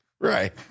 Right